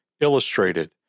Illustrated